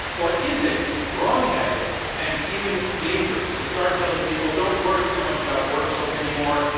or is it wrongheaded and even dangerous to start telling people, don't worry so much about work so um anymore,